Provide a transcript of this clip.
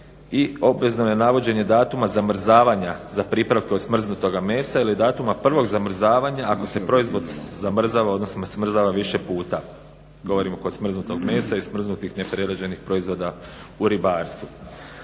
i obvezno je navođenje datuma zamrzavanja za pripravke od smrznutoga mesa ili datuma prvog zamrzavanja ako se proizvod zamrzava odnosno smrzava više puta. Govorim oko smrznutog mesa i smrznutih neprerađenih proizvoda u ribarstvu.